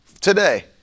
today